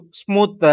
smooth